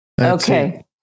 Okay